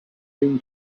been